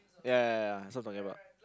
ya ya ya that's what I'm talking about